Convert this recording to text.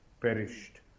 perished